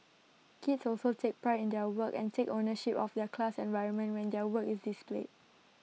kids also take pride in their work and take ownership of their class environment when their work is displayed